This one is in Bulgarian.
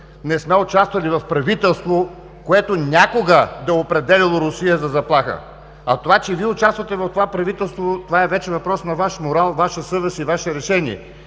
не сме участвали в правителство, което някога би определило Русия за заплаха. Това, че Вие участвате в това правителство, е вече въпрос на Ваш морал, Ваша съвест и Ваше решение.